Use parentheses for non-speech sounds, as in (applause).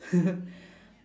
(laughs)